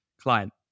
client